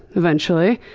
eventually.